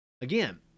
again